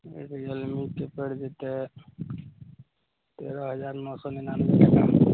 real मीके पैरि जेतै तेरह हजार नओ सए निनानबेके दाम